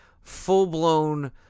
full-blown